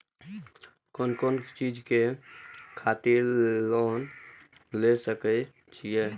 कोन कोन चीज के खातिर लोन ले सके छिए?